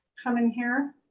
come in here.